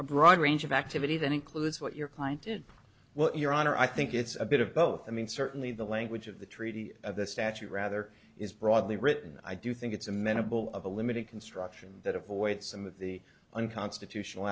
a broad range of activity that includes what your client did well your honor i think it's a bit of both i mean certainly the language of the treaty of the statute rather is broadly written i do think it's amenable of a limited construction that avoids some of the unconstitutional